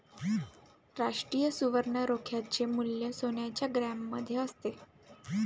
राष्ट्रीय सुवर्ण रोख्याचे मूल्य सोन्याच्या ग्रॅममध्ये असते